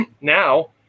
now